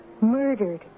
murdered